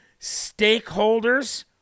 stakeholders